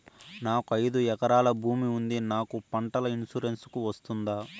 నాకు ఐదు ఎకరాల భూమి ఉంది నాకు పంటల ఇన్సూరెన్సుకు వస్తుందా?